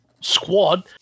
squad